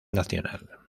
nacional